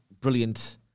brilliant